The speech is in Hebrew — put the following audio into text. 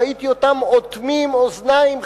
ראיתי אותם אוטמים אוזניים,